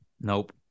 Nope